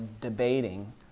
debating